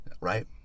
right